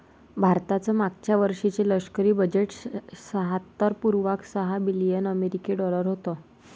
भारताचं मागच्या वर्षीचे लष्करी बजेट शहात्तर पुर्णांक सहा बिलियन अमेरिकी डॉलर होतं